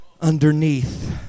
underneath